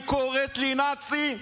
היא קוראת לי נאצי,